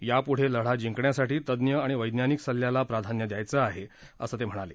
यापुढे लढा जिंकण्यासाठी तज्ञ आणि वैज्ञानिक सल्ल्याला प्राधान्य द्यायचं आहे असं ते म्हणाले